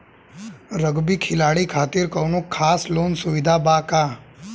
Rugby खिलाड़ी खातिर कौनो खास लोन सुविधा बा का?